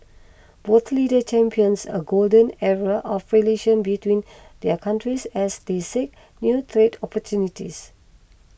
both leaders champions a golden era of relations between their countries as they seek new trade opportunities